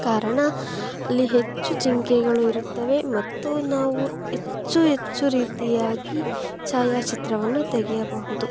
ಕಾರಣ ಅಲ್ಲಿ ಹೆಚ್ಚು ಜಿಂಕೆಗಳು ಇರುತ್ತವೆ ಮತ್ತು ನಾವು ಹೆಚ್ಚು ಹೆಚ್ಚು ರೀತಿಯಾಗಿ ಛಾಯಾಚಿತ್ರವನ್ನು ತೆಗೆಯಬಹುದು